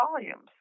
volumes